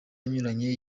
anyuranye